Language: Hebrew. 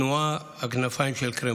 תנועת כנפיים של קרמבו.